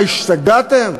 מה, השתגעתם?